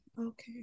Okay